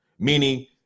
Meaning